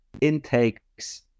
intakes